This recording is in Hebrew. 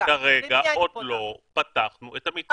-- כרגע עוד לא פתחנו את המתווה.